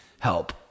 help